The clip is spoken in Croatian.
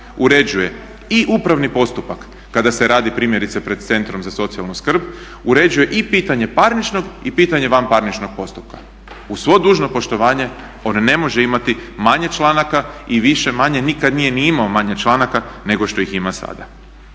uređuje i upravni postupak kada se radi primjerice pred Centrom za socijalnu skrb, uređuje pitanje parničnog i pitanje vanparničnog postupka. Uz svo dužno poštovanje on ne može imati manje članaka i više-manje nikad nije ni imao manje članaka nego što ih ima sada.